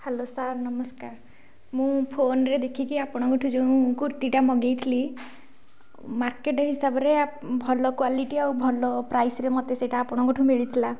hello sir ନମସ୍କାର ମୁଁ ଫୋନରେ ଦେଖିକି ଆପଣଙ୍କଠାରୁ ଯେଉଁ କୁର୍ତ୍ତୀଟା ମଗାଇଥିଲି ମାର୍କେଟ ହିସାବରେ ଭଲ କ୍ୱାଲିଟି ଆଉ ଭଲ ପ୍ରାଇସରେ ମୋତେ ସେଇଟା ଆପଣଙ୍କଠାରୁ ମିଳିଥିଲା